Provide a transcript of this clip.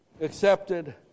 accepted